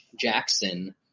Jackson